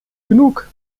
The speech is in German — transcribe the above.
genug